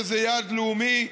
שזה יעד לאומי.